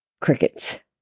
crickets